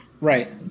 Right